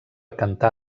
cantar